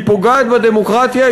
היא פוגעת בדמוקרטיה,